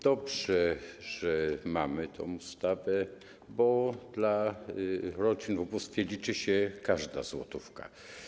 Dobrze, że mamy tę ustawę, bo dla rodzin w ubóstwie liczy się każda złotówka.